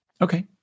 Okay